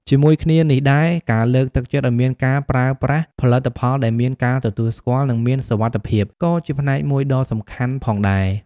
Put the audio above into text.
ជាមួយគ្នានេះដែរ ការលើកទឹកចិត្តឱ្យមានការប្រើប្រាស់ផលិតផលដែលមានការទទួលស្គាល់ និងមានសុវត្ថិភាព ក៏ជាផ្នែកមួយដ៏សំខាន់ផងដែរ។